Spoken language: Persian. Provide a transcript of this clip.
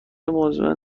مزمن